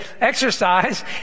Exercise